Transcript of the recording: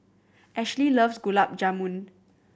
Ashly loves Gulab Jamun